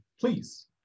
Please